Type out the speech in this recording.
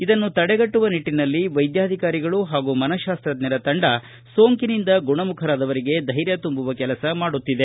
ಇದನ್ನು ತಡೆಗಟ್ಟುವ ನಿಟ್ಟಿ ದಖ್ಸಒಂ ವೈದ್ಯಾಧಿಕಾರಿಗಳು ಪಾಗೂ ಮನಶಾಸ್ತತಜ್ಞರ ತಂಡ ಸೋಂಕಿನಿಂದ ಗುಣಮುಖರಾದವರಿಗೆ ಧೈರ್ಯ ತುಂಬುವ ಕೆಲಸ ಮಾಡುತ್ತಿದೆ